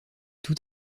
tout